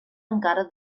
encara